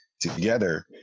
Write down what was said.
together